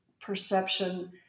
perception